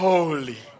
Holy